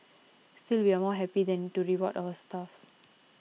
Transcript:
still we are more happy than to reward our staff